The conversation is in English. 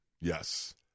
Yes